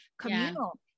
communal